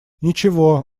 ничего